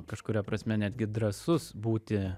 kažkuria prasme netgi drąsus būti